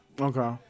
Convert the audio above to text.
Okay